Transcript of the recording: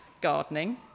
gardening